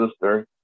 sister